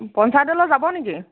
পঞ্চায়তলৈ যাব নেকি